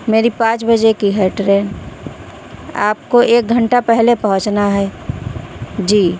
میری پانچ بجے کی ہے ٹرین آپ کو ایک گھنٹہ پہلے پہنچنا ہے جی